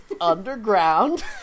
underground